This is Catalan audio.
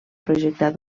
projectar